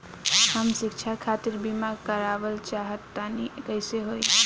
हम शिक्षा खातिर बीमा करावल चाहऽ तनि कइसे होई?